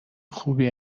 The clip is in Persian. خوبی